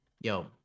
Yo